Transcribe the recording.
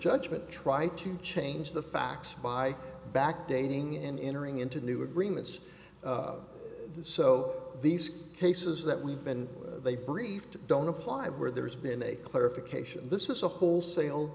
judgment try to change the facts by backdating and entering into new agreements so these cases that we've been they briefed don't apply where there's been a clarification this is a wholesale